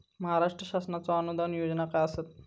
महाराष्ट्र शासनाचो अनुदान योजना काय आसत?